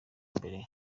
mbere